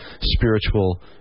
spiritual